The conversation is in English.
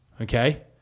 okay